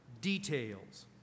details